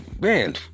man